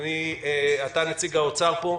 אבל אתה נציג האוצר פה.